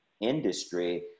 industry